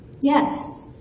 yes